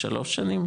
שלוש שנים,